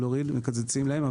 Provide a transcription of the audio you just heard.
מקצצים להם.